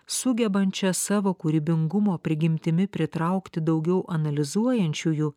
sugebančią savo kūrybingumo prigimtimi pritraukti daugiau analizuojančiųjų